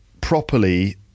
properly